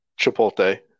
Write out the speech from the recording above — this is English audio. Chipotle